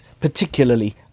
particularly